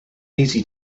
easy